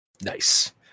Nice